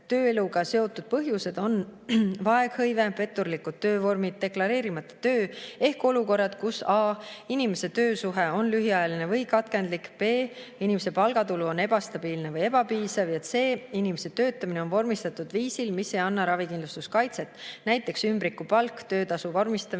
tööeluga seotud põhjused on vaeghõive, petturlikud töövormid, deklareerimata töö ehk olukorrad, kus a) inimese töösuhe on lühiajaline või katkendlik, b) inimese palgatulu on ebastabiilne või ebapiisav, c) inimese töötamine on vormistatud viisil, mis ei anna ravikindlustuskaitset, näiteks ümbrikupalk või töötasu vormistamine